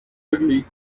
ugly